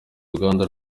ruganda